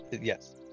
yes